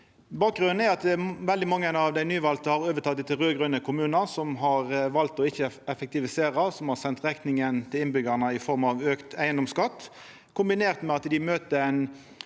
Bakgrunnen er at veldig mange av dei nyvalde har overteke etter raud-grøne kommunar som har valt å ikkje effektivisera, som har sendt rekninga til innbyggjarane i form av auka eigedomsskatt, kombinert med at dei møter ei